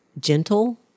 gentle